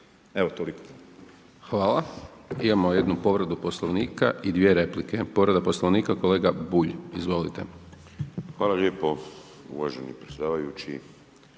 (SDP)** Hvala. Imamo jednu povredu Poslovnika i dvije replike. Povreda Poslovnika, kolega Bulj, izvolite. **Bulj, Miro (MOST)** Hvala lijepo uvaženi predsjedavajući.